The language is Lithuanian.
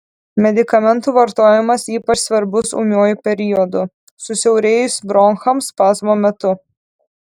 medikamentų vartojimas ypač svarbus ūmiuoju periodu susiaurėjus bronchams spazmo metu